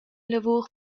lavur